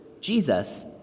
Jesus